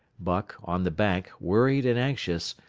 buck, on the bank, worried and anxious,